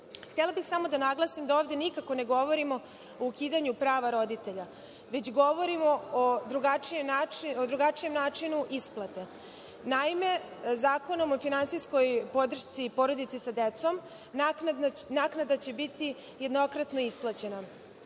Htela bih samo da naglasim da ovde nikako ne govorimo o ukidanju prava roditelja, već govorimo o drugačijem načinu isplate. Naime, Zakonom o finansijskoj podršci porodici sa decom naknada će biti jednokratna isplaćena.